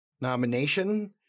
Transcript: nomination